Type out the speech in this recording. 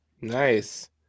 Nice